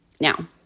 Now